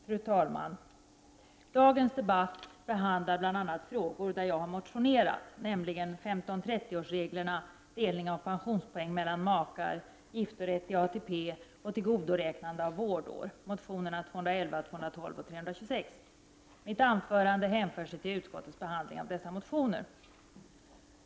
Fru talman! Dagens debatt behandlar bl.a. frågor i vilka jag har motionerat, nämligen 15/30-årsreglerna, delning av pensionspoäng mellan makar, giftorätt i ATP och tillgodoräknande av vårdår, dvs. motionerna 211, 212 och 326. Mitt anförande hänför sig till utskottets behandling av dessa motioner.